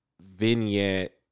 vignette